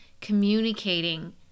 communicating